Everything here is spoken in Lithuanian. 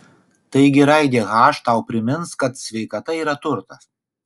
taigi raidė h tau primins kad sveikata yra turtas